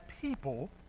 people